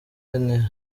nahimana